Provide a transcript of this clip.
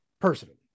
personally